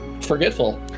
forgetful